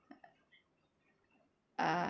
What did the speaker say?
uh